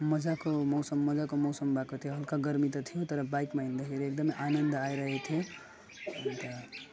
मजाको मौसम मजाको मौसम भएको थियो हलका गर्मी त थियो तर बाइकमा हिँड्दाखेरि एकदमै आनन्द आइरहेको थियो अन्त